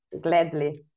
Gladly